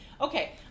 Okay